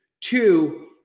Two